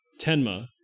Tenma